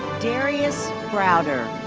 darius browder.